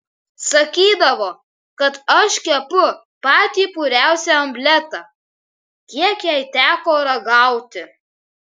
sakydavo kad aš kepu patį puriausią omletą kiek jai teko ragauti